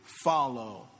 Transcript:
follow